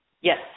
Yes